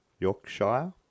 Yorkshire